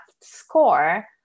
score